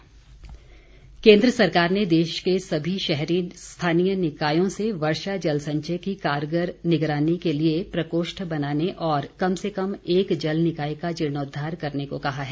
प्रकोष्ठ केन्द्र सरकार ने देश के सभी शहरी स्थानीय निकायों से वर्षा जल संचय की कारगर निगरानी के लिए प्रकोष्ठ बनाने और कम से कम एक जल निकाय का जीर्णोद्वार करने को कहा है